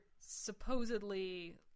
supposedly